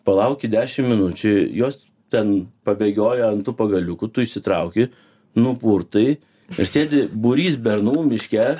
palauki dešim minučių jos ten pabėgioja ant tų pagaliukų tu išsitrauki nupurtai ir sėdi būrys bernų miške